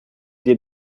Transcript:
dir